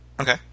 Okay